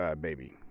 baby